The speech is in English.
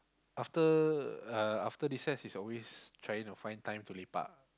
after uh after recess is always trying to find time to lepak